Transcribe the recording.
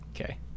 Okay